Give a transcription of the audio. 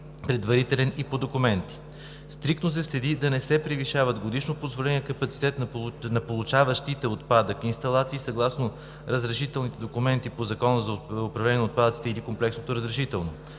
предварителен и по документи. Стриктно се следи да не се превишава годишно позволеният капацитет на получаващите отпадък инсталации съгласно разрешителните документи по Закона за управление на отпадъците или комплексното разрешително.